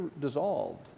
dissolved